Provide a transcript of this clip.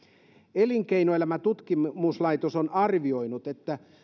elinkeinoelämän tutkimuslaitos on arvioinut että